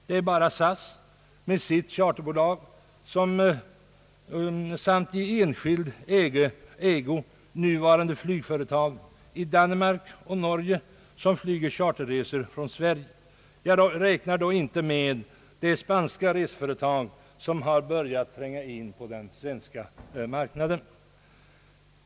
Det är bara SAS med sitt charterbolag och i enskild tjänst varande flygföretag i Danmark och Norge som flyger charterresor från Sverige. Jag medräknar då inte det spanska reseföretag som har börjat tränga in på den svenska marknaden.